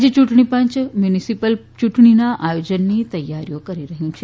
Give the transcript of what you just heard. રાજ્ય યૂંટણી પંચ મ્યુનિસિપલ યૂંટણીના આયોજનની તૈયારી કરી રહ્યું છે